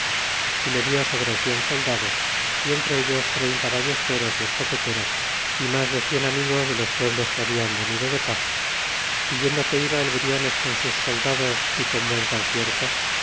y le dió sobre cien soldados y entre ellos treinta ballesteros y escopeteros y mas de cien amigos de los pueblos que hablan venido de paz é yendo que iba el briones con sus soldados y con buen concierto